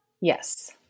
Yes